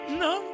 no